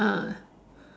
ah